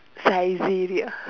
Siberia